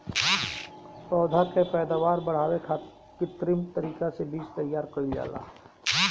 पौधा के पैदावार बढ़ावे खातिर कित्रिम तरीका से बीज तैयार कईल जाला